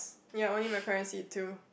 ya only my parents eat too